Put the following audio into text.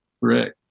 Right